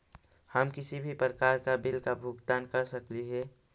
हम किसी भी प्रकार का बिल का भुगतान कर सकली हे?